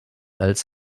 als